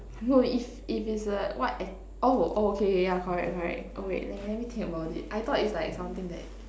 no if if it's a what act~ oh oh okay okay yeah correct correct oh wait let me let me think about it I thought is like something that